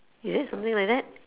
is it something like that